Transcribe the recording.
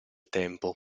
tempo